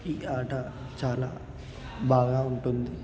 ఈ ఆట చాలా బాగా ఉంటుంది